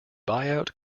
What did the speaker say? buyout